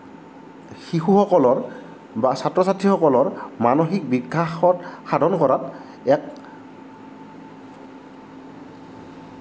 শিশুসকলৰ বা ছাত্ৰ ছাত্ৰীসকলৰ মানসিক বিকাশত সাধন কৰাত এক